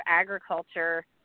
Agriculture